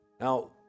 Now